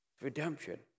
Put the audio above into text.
Redemption